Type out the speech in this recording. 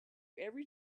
every